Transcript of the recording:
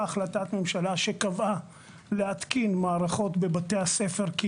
החלטת ממשלה שקבעה להתקין מערכות בבתי הספר,